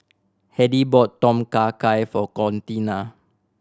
Hedy bought Tom Kha Gai for Contina